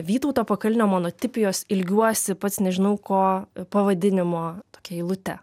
vytauto pakalnio monotipijos ilgiuosi pats nežinau ko pavadinimo tokia eilute